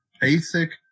basic